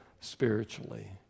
spiritually